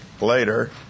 later